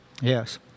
Yes